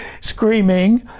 screaming